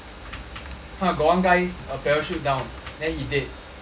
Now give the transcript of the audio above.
got one guy uh parachute down then he dead